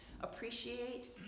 appreciate